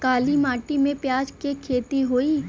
काली माटी में प्याज के खेती होई?